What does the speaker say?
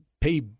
pay